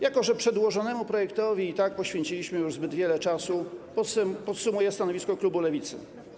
Jako że przedłożonemu projektowi i tak poświęciliśmy już zbyt wiele czasu, podsumuję stanowisko klubu Lewicy.